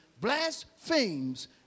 blasphemes